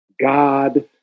God